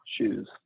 shoes